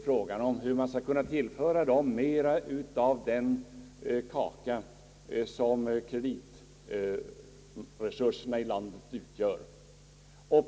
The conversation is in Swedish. Frågan är hur dessa kommuner skall kunna få mera av den kaka som kreditresurserna i landet utgör.